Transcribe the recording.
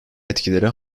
etkileri